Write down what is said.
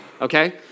Okay